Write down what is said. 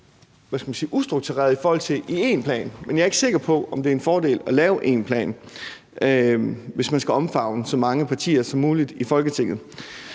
ustruktureret i forhold til at have én plan, men jeg er ikke sikker på, at det er en fordel at lave én plan, hvis man skal omfavne så mange partier som muligt i Folketinget.